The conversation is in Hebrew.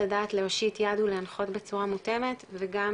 לדעת להושיט יד ולהנחות בצורה מותאמת וגם